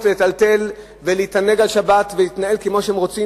לטלטל ולהתענג על שבת ולהתנהל כמו שהם רוצים,